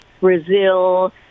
brazil